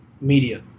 Media